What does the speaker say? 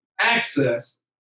access